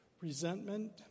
resentment